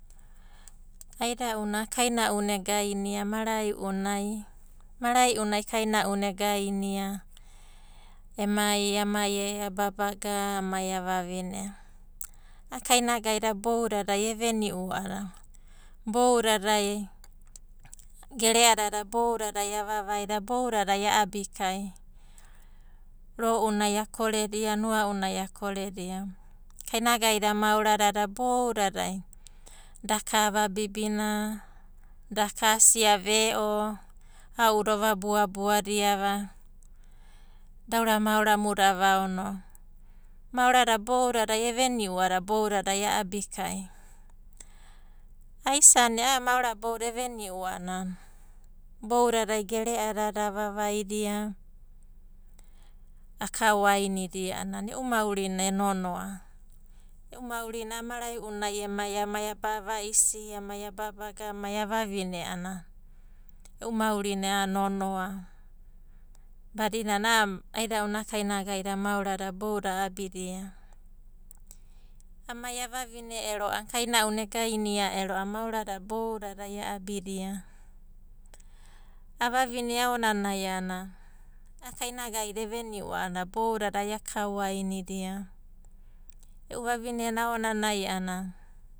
Aida'una kaina'una egainia mara'i'unai, mara'i'una kaina'una egainia emai amai ababaga, amai avavine. A'a kainagaida boudadai eveni'u a'ada baoudadai gere'adada boudadai avavai, boudadai a'abikai ro'unai akoredia, nua'unai akoredia. Kainagaida moaradada boudadai daka avabibina, daka asia ve'o, ao'uda ova buabua diava, daura moaramuda vaono. Maorada boudadai eveniu a'anadada boudadai a'abikai. Aisania a'a moarada boudadai eveniu a'ana boudadai gere'adada avavaida, akaoainidia a'ana e'u maurina e nonoa. E'u maurina a'a mara'i'unaemai emai amai a vaisi, amai ababaga, amai a vavine a'ana e'u maurina nonoa, badinana a'a aida'una ena kainagaida moaradada boudadai a'abidia. Amai a vavine ero a'ana kaina'una e gainia ero a'ana maoradada boudadai a'abidia. A vavine aonani a'ana, a'a, kainagaida boudadai akaoainidia. E'u vavinena aonanai a'ana.